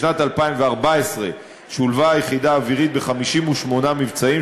בשנת 2014 שולבה היחידה האווירית ב-58 מבצעים,